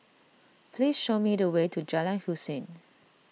please show me the way to Jalan Hussein